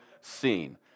seen